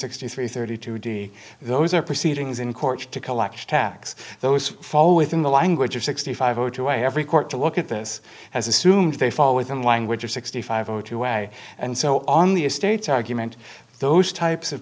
sixty three thirty two d those are proceedings in court to collect tax those fall within the language of sixty five zero to every court to look at this as assumes they fall within language or sixty five or two way and so on the estates argument those types of